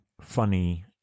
funny